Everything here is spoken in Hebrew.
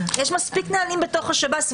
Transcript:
יש מספיק נהלים בתוך השב"ס.